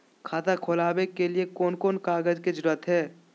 खाता खोलवे के लिए कौन कौन कागज के जरूरत है?